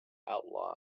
outlaw